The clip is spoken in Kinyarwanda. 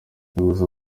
bihuza